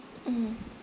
mm